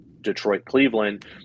Detroit-Cleveland